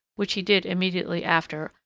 which he did immediately after,